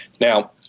now